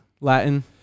Latin